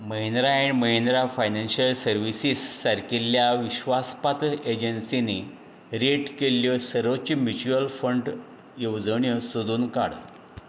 Mahindra and Mahindra financial services सारकिल्या विस्वासपात्र एजन्सीनी रेट केल्ल्यो सर्वोच्च म्युच्युअल फंड येवजण्यो सोदून काड